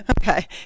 Okay